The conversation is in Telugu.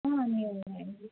అన్ని ఉన్నాయి